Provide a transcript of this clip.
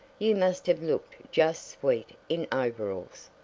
you must have looked just sweet in overalls.